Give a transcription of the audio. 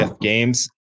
games